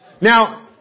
Now